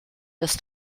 das